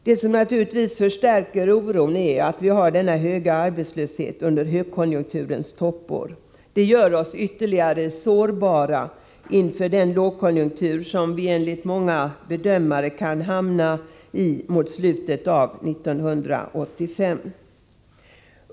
Det som naturligtvis förstärker oron är att vi har denna höga arbetslöshet under högkonjunkturens toppår — det gör oss ytterligare sårbara inför den lågkonjunktur som vi enligt många bedömare kan hamna i mot slutet av 1985.